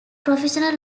professional